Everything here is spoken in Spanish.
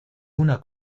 una